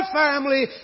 family